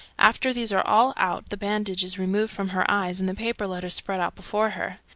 after these are all out the bandage is removed from her eyes, and the paper letters spread out before her.